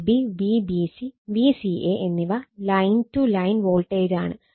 Vab Vbc Vca എന്നിവ line to line വോൾട്ടേജാണ്